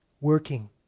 working